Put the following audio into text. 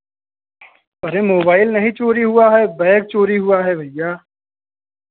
अरे मोबाइल नहीं चोरी हुआ है बैग चोरी हुआ है भैया